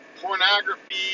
pornography